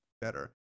better